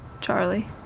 Charlie